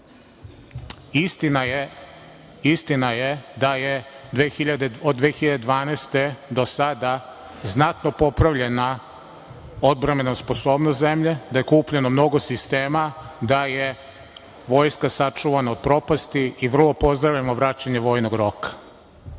Istina je da je od 2012. do sada znatno popravljena odbrambena sposobnost zemlje, da je kupljeno mnogo sistema, da je vojska sačuvana od propasti i pozdravljamo vraćanje vojnog roka.